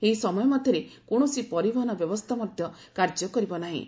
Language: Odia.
ଏହି ସମୟ ମଧ୍ୟରେ କୌଣସି ପରିବହନ ବ୍ୟବସ୍ଥା ମଧ୍ୟ କାର୍ଯ୍ୟ କରିବ ନାହିଁ